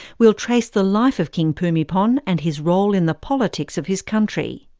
we'll trace the life of king bhumibol and his role in the politics of his country.